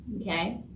okay